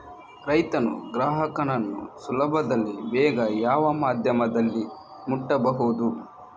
ರೈತನು ಗ್ರಾಹಕನನ್ನು ಸುಲಭದಲ್ಲಿ ಬೇಗ ಯಾವ ಮಾಧ್ಯಮದಲ್ಲಿ ಮುಟ್ಟಬಹುದು?